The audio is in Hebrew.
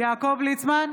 יעקב ליצמן,